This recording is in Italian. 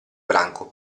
branco